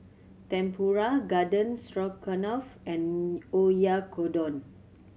Tempura Garden Stroganoff and Oyakodon